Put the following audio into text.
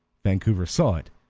vancouver saw it,